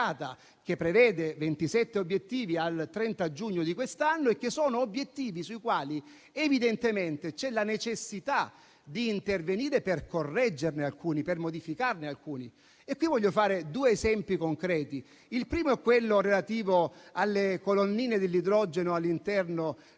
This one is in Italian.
che prevede ventisette obiettivi al 30 giugno di quest'anno; obiettivi sui quali, evidentemente, c'è la necessità di intervenire per correggerne e modificarne alcuni. Qui voglio fare due esempi concreti. Il primo è quello relativo alle colonnine dell'idrogeno all'interno